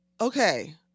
Okay